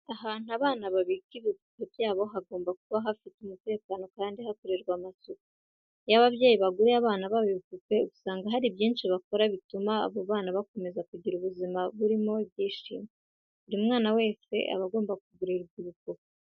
Ahantu abana babika ibipupe byabo haba hagomba kuba hafite umutekano kandi hakorerwa amasuku. Iyo ababyeyi baguriye abana babo ibipupe usanga hari byinshi bakora bituma abo bana bakomeze kugira ubuzima burimo ibyishimo. Buri mwana wese aba agomba kugurirwa ibipupe.